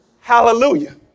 Hallelujah